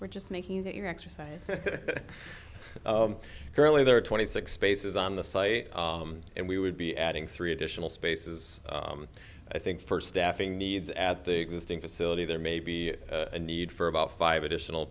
we're just making that you exercise currently there are twenty six spaces on the site and we would be adding three additional spaces i think first staffing needs at the existing facility there may be a need for about five additional